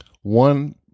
one